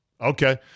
Okay